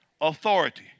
authority